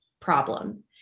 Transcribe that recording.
problem